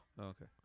Okay